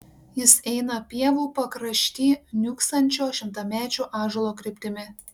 jis eina pievų pakrašty niūksančio šimtamečio ąžuolo kryptimi